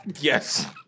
Yes